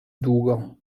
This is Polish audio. długo